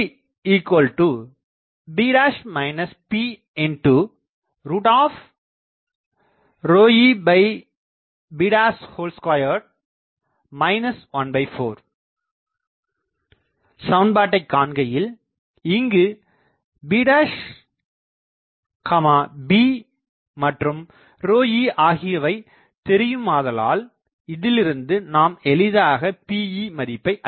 Peb beb2 1412சமன்பாட்டைக் காண்கையில் இங்கு b b மற்றும் ρe ஆகியவை தெரியுமாதலால் இதிலிருந்து நாம் எளிதாக Pe மதிப்பை அறியலாம்